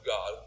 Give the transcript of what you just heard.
God